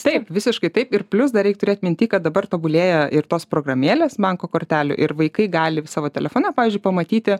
taip visiškai taip ir plius dar reik turėt minty kad dabar tobulėja ir tos programėlės banko kortelių ir vaikai gali savo telefone pavyzdžiui pamatyti